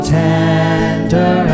tender